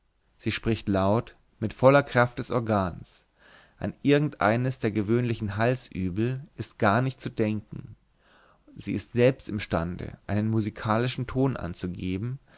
sie spricht laut mit voller kraft des organs an irgend eines der gewöhnlichen halsübel ist gar nicht zu denken sie ist selbst imstande einen musikalischen ton anzugeben